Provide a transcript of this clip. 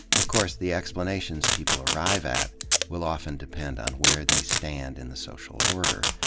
of course, the explanations people arrive at will often depend on where they stand in the social order.